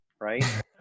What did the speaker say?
right